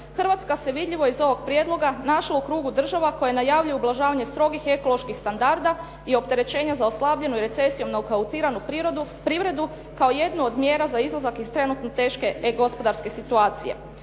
Hrvatska se vidljivo iz ovog prijedloga našla u krugu država koje najavljuju ublažavanje strogih ekoloških standarda i opterećenja za oslabljenu recesijom nokautiranu privredu kao jednu od mjera za izlazak iz trenutno teške gospodarske situacije.